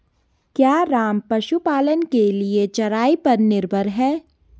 क्या राम पशुपालन के लिए चराई पर निर्भर है?